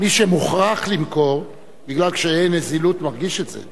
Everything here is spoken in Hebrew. מי שמוכרח למכור בגלל קשיי נזילות, מרגיש את זה.